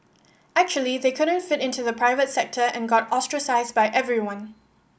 actually they couldn't fit into the private sector and got ostracised by everyone